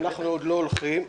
אנחנו עוד לא הולכים.